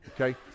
Okay